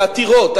העתירות,